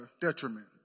detriment